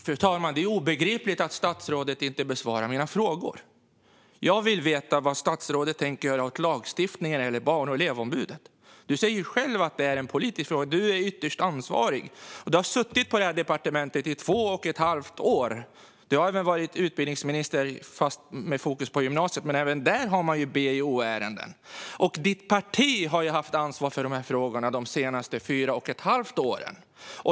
Fru talman! Det är obegripligt att statsrådet inte besvarar mina frågor. Jag vill veta vad statsrådet tänker göra åt lagstiftningen eller Barn och elevombudet. Du säger själv att det är en politisk fråga. Du är ytterst ansvarig. Du har suttit på departementet i två och ett halvt år. Du har varit utbildningsminister fast med fokus på gymnasiet. Även där har man BEO-ärenden. Ditt parti har haft ansvar för de här frågorna de senaste fyra och ett halvt åren.